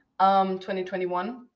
2021